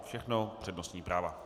Všechno přednostní práva.